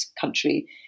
country